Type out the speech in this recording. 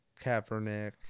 Kaepernick